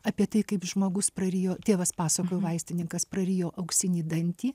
apie tai kaip žmogus prarijo tėvas pasakojo vaistininkas prarijo auksinį dantį